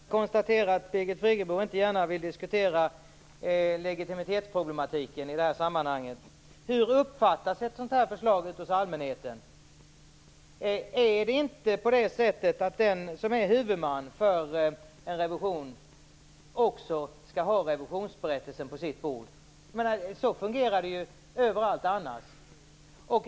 Herr talman! Jag konstaterar att Birgit Friggebo inte gärna vill diskutera legitimitetsproblematiken i det här sammanhanget. Hur uppfattas ett sådant här förslag ute hos allmänheten? Är det inte på det sättet att den som är huvudman för en revision också skall ha revisionsberättelsen på sitt bord? Så fungerar det ju överallt annars.